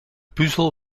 puzzel